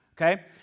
okay